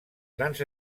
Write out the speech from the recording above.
grans